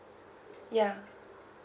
ya